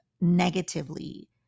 negatively